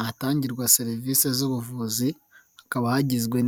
Ahatangirwa serivisi z'ubuvuzi, hakaba hagizwe